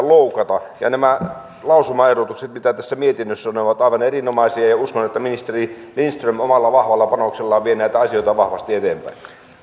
loukata nämä lausumaehdotukset mitä tässä mietinnössä on ovat aivan erinomaisia ja uskon että ministeri lindström omalla vahvalla panoksellaan vie näitä asioita vahvasti eteenpäin